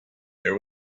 there